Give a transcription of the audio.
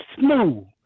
smooth